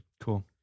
Cool